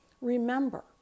Remember